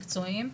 ומקצועיים,